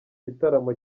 gitaramo